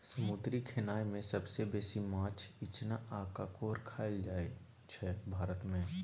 समुद्री खेनाए मे सबसँ बेसी माछ, इचना आ काँकोर खाएल जाइ छै भारत मे